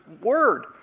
word